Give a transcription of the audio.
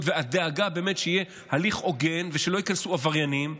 והדאגה שיהיה הליך הוגן ושלא ייכנסו עבריינים,